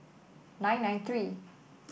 nine nine three